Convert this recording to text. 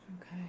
Okay